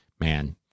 man